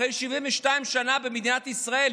אחרי 72 שנה במדינת ישראל,